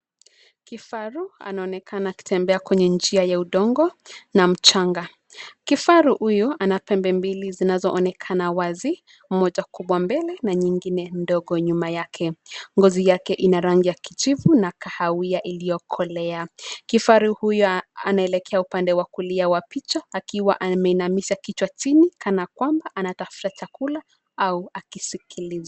Kifaru anaonekana akitembea kwenye njia ya udongo, na mchanga, kifaru huyu ana pembe mbili zinazoonekana wazi, moja kubwa mbele na nyingine ndogo nyuma yake, ngozi yake ina rangi ya kijivu na kahawia iliyokolea, kifaru huyu, anaelekea upande wa kulia wa picha akiwa ameinamisha kichwa chini, kana kwamba anatafuta chakula au akisikiliza.